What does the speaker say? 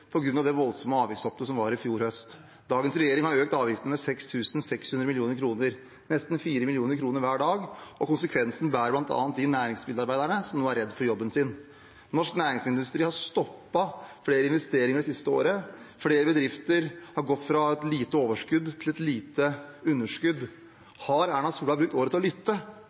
det voldsomme avgiftshoppet som var i fjor høst. Dagens regjering har økt avgiftene med 6 600 mill. kr, nesten 4 mill. kr hver dag, og konsekvensene bærer bl.a. de næringsmiddelarbeiderne som nå er redd for jobben sin. Norsk næringsmiddelindustri har stoppet flere investeringer det siste året, flere bedrifter har gått fra et lite overskudd til et lite underskudd. Har statsminister Erna Solberg brukt året til å lytte?